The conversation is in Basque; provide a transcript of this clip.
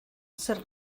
zer